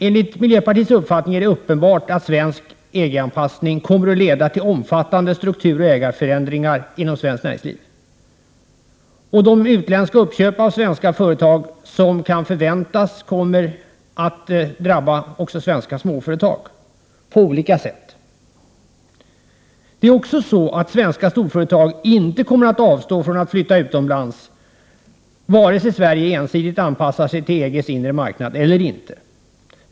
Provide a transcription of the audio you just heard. Enligt miljöpartiets uppfattning är det uppenbart att en svensk EG-anpassning kommer att leda till omfattande strukturoch ägarförändringar i svenskt näringsliv. De utländska uppköp av svenska företag som kan förväntas kommer att drabba också svenska småföretag på olika sätt. Svenska storföretag kommer inte att avstå från att flytta utomlands, vare sig Sverige ensidigt anpassar sig till EG:s inre marknad eller inte.